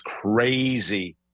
crazy